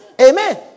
Amen